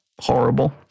horrible